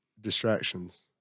Distractions